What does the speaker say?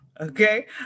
Okay